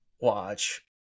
Watch